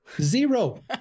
Zero